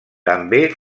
també